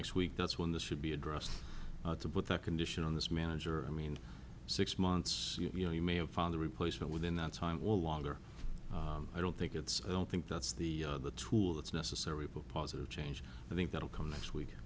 next week that's when the should be addressed to put a condition on this manager i mean six months you know he may have found a replacement within that time well longer i don't think it's i don't think that's the the tool that's necessary for positive change i think that'll come next week